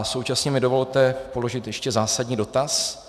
Současně mi dovolte položit ještě zásadní dotaz.